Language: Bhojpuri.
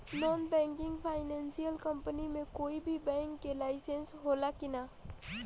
नॉन बैंकिंग फाइनेंशियल कम्पनी मे कोई भी बैंक के लाइसेन्स हो ला कि ना?